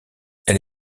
elle